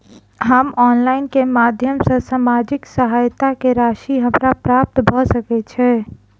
हम ऑनलाइन केँ माध्यम सँ सामाजिक सहायता केँ राशि हमरा प्राप्त भऽ सकै छै?